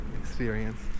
experience